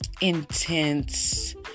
intense